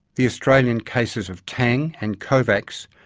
the australian cases of tang and kovacs,